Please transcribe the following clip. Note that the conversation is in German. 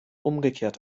umgekehrt